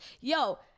Yo